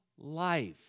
Life